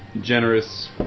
generous